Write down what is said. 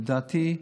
לדעתי,